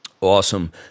Awesome